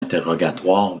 interrogatoires